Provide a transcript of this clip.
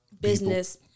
business